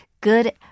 good